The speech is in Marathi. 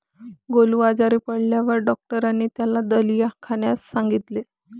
गोलू आजारी पडल्यावर डॉक्टरांनी त्याला दलिया खाण्यास सांगितले